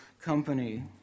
company